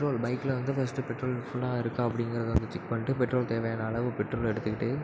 petrol பைக்கில் வந்து first petrol ஃபுல்லாக இருக்கா அப்படிங்குறத வந்து செக் பண்ணிட்டு பெட்ரோல் தேவையான அளவு பெட்ரோல் எடுத்துக்கிட்டு